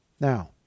Now